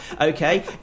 Okay